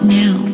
now